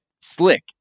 slick